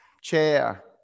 chair